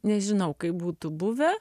nežinau kaip būtų buvę